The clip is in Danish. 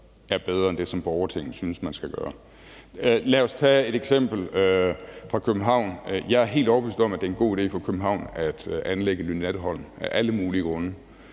er bedre end det, som borgertinget synes man skal gøre. Lad os tage et eksempel fra København. Jeg er helt overbevist om, at det af alle mulige grunde er en god idé for København at anlægge Lynetteholm, men